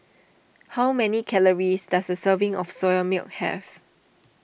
how many calories does a serving of Soya Milk have